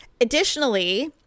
Additionally